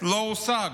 לא הושג.